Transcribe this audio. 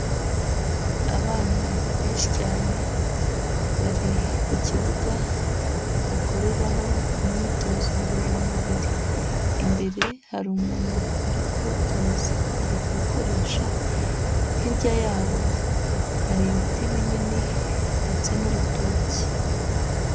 Abana benshi cyane bari ku kibuga bakoreraho imyitozo ngororamubiri, imbere hari umuntu uri kubatoza ari kubakoresha, hirya yabo hari ibiti binini ndetse n'urutoki.